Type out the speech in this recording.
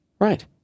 right